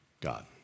God